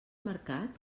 mercat